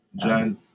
John